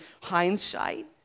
hindsight